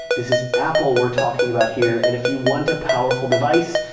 this is apple we're talking about here and if you want a powerful device,